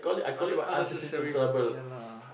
unne~ unnecessary f~ ya lah